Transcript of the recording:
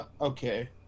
Okay